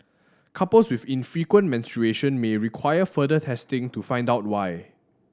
couples with infrequent menstruation may require further testing to find out why